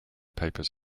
papers